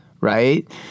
right